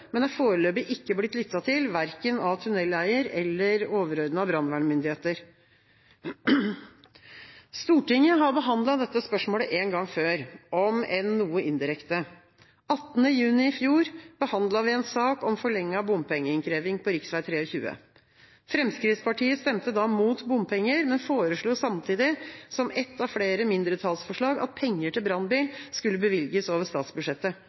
men er foreløpig ikke blitt lyttet til, verken av tunneleier eller overordnede brannvernmyndigheter. Stortinget har behandlet dette spørsmålet en gang før, om enn noe indirekte. Den 18. juni i fjor behandlet vi en sak om forlenget bompengeinnkreving på rv. 23. Fremskrittspartiet stemte da imot bompenger, men foreslo samtidig, som et av flere mindretallsforslag, at penger til brannbil skulle bevilges over statsbudsjettet.